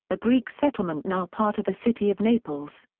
a greek settlement now part of the city of naples.